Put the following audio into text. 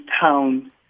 town